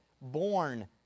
born